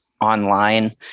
online